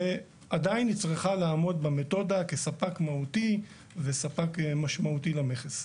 ועדיין היא צריכה לעמוד במתודה כספק מהותי וספק משמעותי למכס.